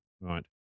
Right